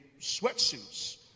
sweatsuits